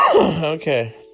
Okay